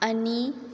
आनी